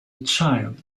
child